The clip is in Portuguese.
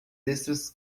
extras